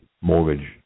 mortgage